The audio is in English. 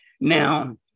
Now